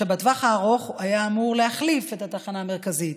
שבטווח הארוך היה אמור להחליף את התחנה המרכזית.